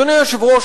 אדוני היושב-ראש,